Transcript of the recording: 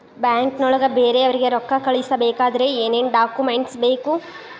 ಬ್ಯಾಂಕ್ನೊಳಗ ಬೇರೆಯವರಿಗೆ ರೊಕ್ಕ ಕಳಿಸಬೇಕಾದರೆ ಏನೇನ್ ಡಾಕುಮೆಂಟ್ಸ್ ಬೇಕು?